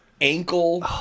ankle